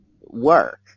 work